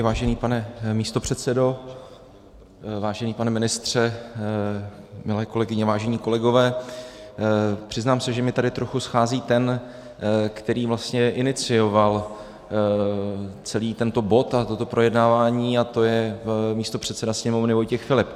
Vážený pane místopředsedo, vážený pane ministře, milé kolegyně, vážení kolegové, přiznám se, že mi tady trochu schází ten, který vlastně inicioval celý tento bod a toto projednávání, a to je místopředseda Sněmovny Vojtěch Filip.